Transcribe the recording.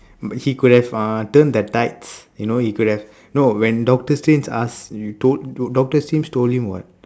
but he could have uh turn the tides you know he could have no when doctor strange ask you told doctor strange told him what